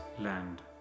land